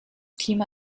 klima